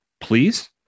Please